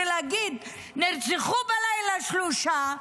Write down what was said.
להגיד: נרצחו בלילה שלושה,